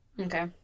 Okay